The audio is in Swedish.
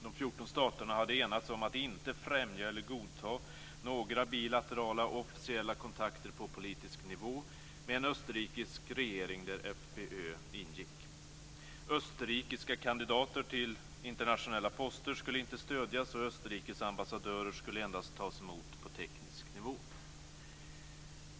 De 14 staterna hade enats om att inte främja eller godta några bilaterala officiella kontakter på politisk nivå med en österrikisk regering där FPÖ ingick. Österrikiska kandidater till internationella poster skulle inte stödjas, och Österrikes ambassadörer skulle endast tas emot på teknisk nivå.